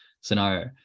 scenario